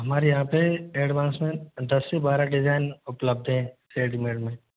हमारे यहाँ पे एडवांस में दस से बारह डिजाइन उपलब्ध है रेडीमेड में